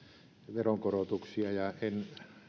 veronkorotuksia ja en